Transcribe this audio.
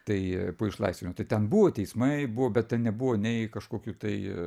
tai išlaisvino tai ten buvo teismai buvo bet ten nebuvo nei kažkokių tai